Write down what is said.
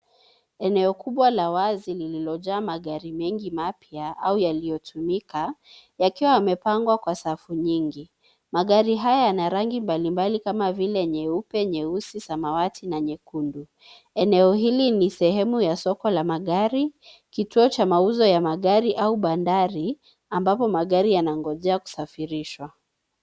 Eneo kubwa la wazi lililojaa magari mengi mapya au yaliyotumika, yakiwa yamepangwa kwa safu nyingi. Magari haya Yana rangi mbalimbali kama vile nyeupe, nyeusi, samawati na nyekundu. Eneo hili ni sehemu ya magari, kituo cha mauzo ya magari au bandari ambapo magari yanangojea kusafirishwa.